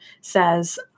says